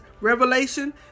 Revelation